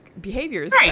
behaviors